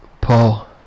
Paul